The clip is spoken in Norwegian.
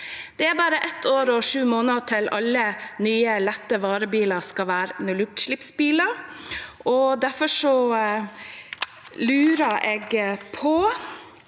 Det er bare ett år og sju måneder til alle nye, lette varebiler skal være nullutslippsbiler, og derfor lurer jeg på